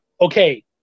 okay